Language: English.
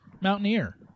mountaineer